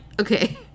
okay